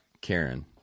Karen